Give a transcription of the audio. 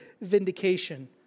vindication